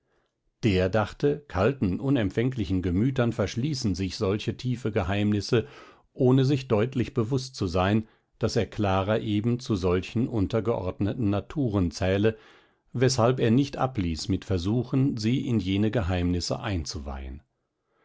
der dachte kalten unempfänglichen gemütern verschließen sich solche tiefe geheimnisse ohne sich deutlich bewußt zu sein daß er clara eben zu solchen untergeordneten naturen zähle weshalb er nicht abließ mit versuchen sie in jene geheimnisse einzuweihen